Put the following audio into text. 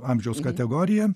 amžiaus kategoriją